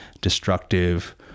destructive